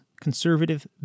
conservative